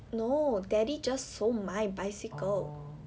no daddy just sold my bicycle